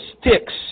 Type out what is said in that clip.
sticks